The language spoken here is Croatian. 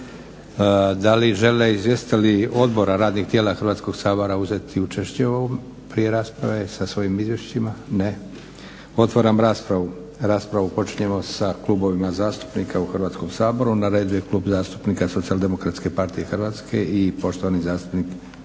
Da li žele izvjestitelji odbora, radnih tijela Hrvatskoga sabora uzeti učešće u ovom, prije rasprave sa svojim izvješćima? Ne. Otvaram raspravu. Raspravu počinjemo sa Klubovima zastupnika u Hrvatskom saboru. Na redu je Klub zastupnika Socijal-demokratske partije Hrvatske i poštovani zastupnik Franko